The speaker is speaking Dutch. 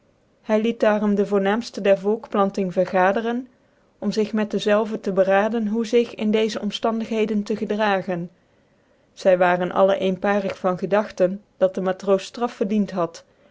hy liet daarom de yoomaamftc dcrvolkpianting vergaderen om zig met dezelve te beraden hoe zig in deeze omftandigheid te gedragen zy waren alle eenparig van gedagten dat dc matroos ftraf verdient had